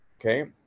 okay